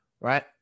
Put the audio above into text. right